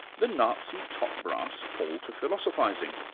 the nazi top brass fall to philosophising.